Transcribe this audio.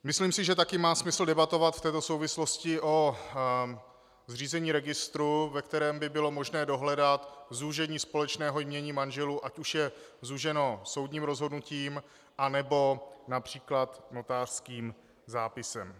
Myslím si, že také má smysl debatovat v této souvislosti o zřízení registru, ve kterém by bylo možné dohledat zúžení společného jmění manželů, ať už je zúženo soudním rozhodnutím, anebo například notářským zápisem.